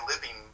living